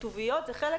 כתוביות זה חלק,